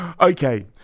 Okay